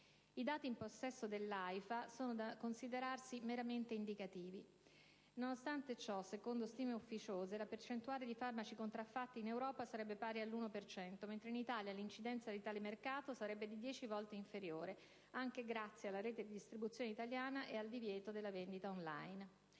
I dati in possesso dell'AIFA sono da considerarsi meramente indicativi. Nonostante ciò, faccio presente che, secondo stime ufficiose, la percentuale di farmaci contraffati in Europa sarebbe pari all'1 per cento, mentre in Italia l'incidenza di tale mercato sarebbe di dieci volte inferiore anche grazie alla rete di distribuzione italiana e al divieto della vendita *on line*.